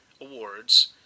awards